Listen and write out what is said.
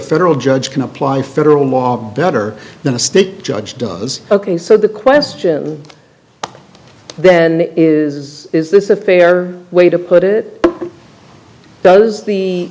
federal judge can apply federal law better than a stick judge does ok so the question then is is this a fair way to put it does the